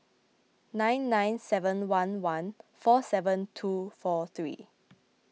nine nine seven one one four seven two four three